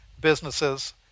businesses